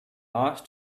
asked